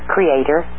Creator